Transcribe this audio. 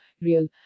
real